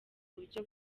uburyo